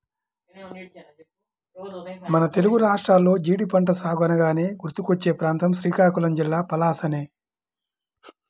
మన తెలుగు రాష్ట్రాల్లో జీడి పంట సాగు అనగానే గుర్తుకొచ్చే ప్రాంతం శ్రీకాకుళం జిల్లా పలాసనే